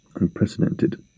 unprecedented